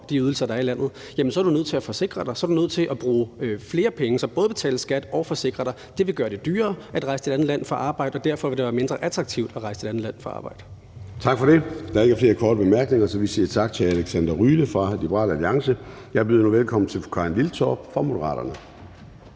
de ydelser, der er i landet, er du nødt til at forsikre dig, og så er du nødt til at bruge flere penge. Så du skal både betale skat og forsikre dig. Det vil gøre det dyrere at rejse til et andet land for at arbejde, og derfor vil det være mindre attraktivt at rejse til et andet land for at arbejde. Kl. 16:11 Formanden (Søren Gade): Tak for det. Der er ikke flere korte bemærkninger, så vi siger tak til hr. Alexander Ryle fra Liberal Alliance. Jeg byder nu velkommen til fru Karin Liltorp for Moderaterne.